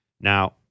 Now